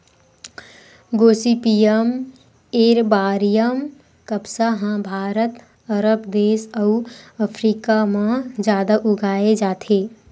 Gossypium एरबॉरियम कपसा ह भारत, अरब देस अउ अफ्रीका म जादा उगाए जाथे